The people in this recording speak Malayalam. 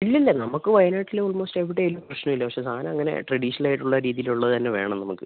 ഇല്ലില്ല നമുക്ക് വയനാട്ടിലെ ഓൾമോസ്റ്റ് എവിടെയായാലും പ്രശ്നമില്ല പക്ഷേ സാധനം അങ്ങനെ ട്രഡീഷണൽ ആയിട്ടുള്ള രീതിയിലുള്ളത് തന്നെ വേണം നമുക്ക്